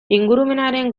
ingurumenaren